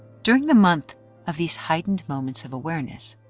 during the month of these heightened moments of awareness,